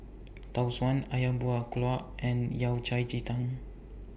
Tau Suan Ayam Buah Keluak and Yao Cai Ji Tang